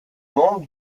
membre